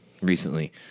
recently